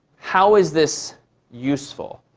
how is this useful?